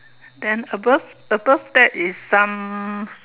then above above that is some